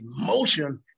emotion